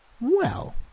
Well